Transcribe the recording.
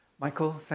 Michael